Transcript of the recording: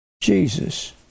Jesus